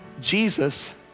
Jesus